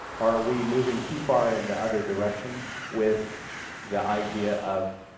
are we moving too far in the other direction with the idea of